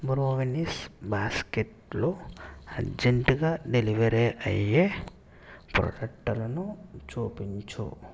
brownies బాస్కెట్లో అర్జెంట్గా delivery అయ్యే ప్రొడెక్టలను చూపించు